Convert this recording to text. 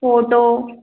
photo